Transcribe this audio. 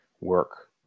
work